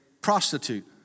prostitute